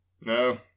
No